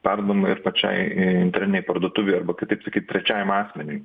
perduodama ir pačiai internetinei parduotuvei arba kitaip sakyt trečiajam asmeniui